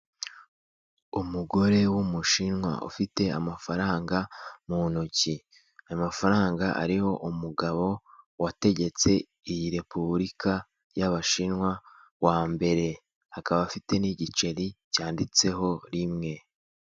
Umugore w'umushinwa ufite amafaranga mu ntoki afaranga ariho umugabo wategetse iyi repubulika y'abashinwa wa mbere akaba afite n'igiceri cyanditseho rimwe.